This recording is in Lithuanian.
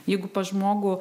jeigu pas žmogų